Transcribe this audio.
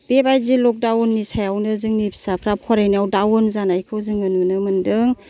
बेबायदि लक दाउननि सायावनो जोंनि फिसाफ्रा फरायनायाव दाउन जानायखौ जोङो नुनो मोनदों